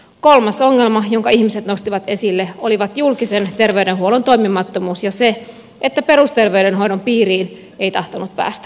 kolmas ongelma jonka ihmiset nostivat esille oli julkisen terveydenhuollon toimimattomuus ja se että perusterveydenhoidon piiriin ei tahtonut päästä